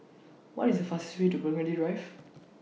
What IS The fast Way to Burgundy Drive